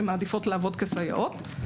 הן מעדיפות לעבוד כסייעות,